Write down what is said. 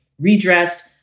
redressed